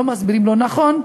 לא מסבירים לו נכון,